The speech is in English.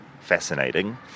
fascinating